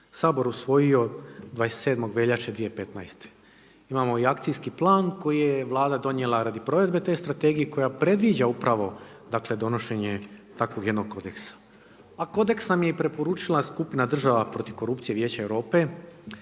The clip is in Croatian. sabor usvojio 27. veljače 2015. Imamo i akcijski plan koji je Vlada donijela radi provedbe te strategije i koja predviđa upravo donošenje takvog jednog kodeksa. A kodeks vam je i preporučila skupina država protiv korupcija Vijeća Europe